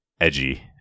edgy